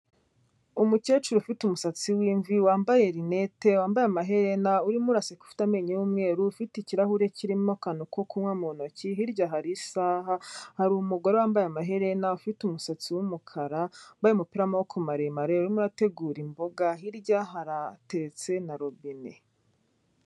Umukecuru ufite umusatsi w'imvi, wambaye rinete, wambaye amaherena, urimo uraseka ufite amenyo y'umweru, ufite ikirahure kirimo akantu ko kunywa mu ntoki, hirya hari isaha, hari umugore wambaye amaherena, ufite umusatsi w'umukara, wambaye umupira w'amaboko maremare, urimo urategura imboga, hirya hateretse na robine.